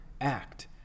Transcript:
act